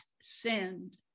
sinned